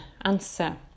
answer